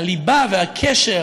הליבה והקשר